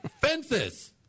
Fences